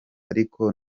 ariko